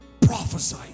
Prophesy